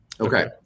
Okay